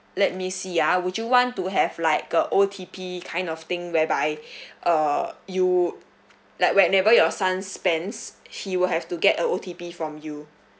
let me see ah would you want to have like a O_T_P kind of thing whereby uh you like whenever your son spends he will have to get a O_T_P from you